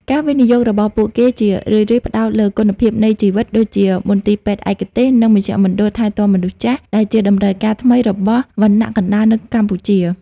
ការវិនិយោគរបស់ពួកគេជារឿយៗផ្ដោតលើ "គុណភាពនៃជីវិត" ដូចជាមន្ទីរពេទ្យឯកទេស និងមជ្ឈមណ្ឌលថែទាំមនុស្សចាស់ ដែលជាតម្រូវការថ្មីរបស់វណ្ណៈកណ្ដាលនៅកម្ពុជា។